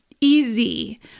easy